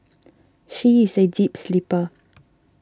she is a deep sleeper